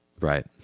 right